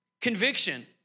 conviction